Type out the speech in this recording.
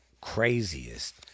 craziest